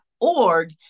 org